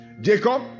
Jacob